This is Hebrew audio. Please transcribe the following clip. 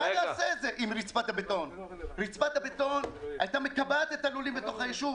רצפת הבטון הייתה מקבעת את הלולים בתוך הישוב,